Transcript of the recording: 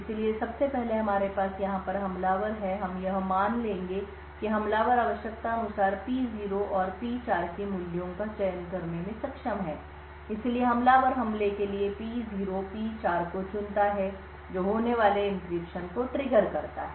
इसलिए सबसे पहले हमारे पास यहां पर हमलावर है और हम यह मान लेंगे कि हमलावर आवश्यकतानुसार P0 और P4 के मूल्यों का चयन करने में सक्षम है इसलिए हमलावर हमले के लिए P0 P4 को चुनता है जो होने वाले एन्क्रिप्शन को ट्रिगर करता है